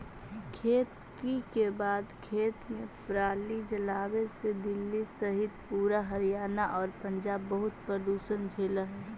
खेती के बाद खेत में पराली जलावे से दिल्ली सहित पूरा हरियाणा आउ पंजाब बहुत प्रदूषण झेलऽ हइ